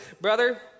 brother